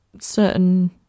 certain